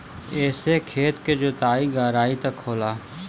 एसे खेत के जोताई गहराई तक होला